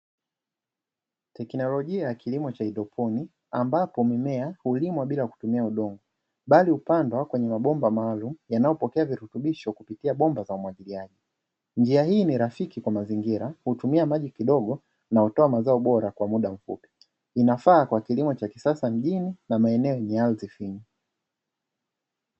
Teknolojia ya kilimo cha haidroponi, ambapo mimea hulimwa bila kutumia udongo, bali hupandwa kwenye mabomba maalumu yanayopokea virutubisho kupitia bomba za umwagiliaji. Njia hii ni rafiki kwa mazingira hutumia maji kidogo na hutoa mazao bora kwa muda mfupi, inafaa kwa kilimo cha kisasa mjini na maeneo yenye ardhi finyu.